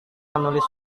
menulis